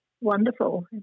wonderful